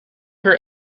her